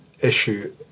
issue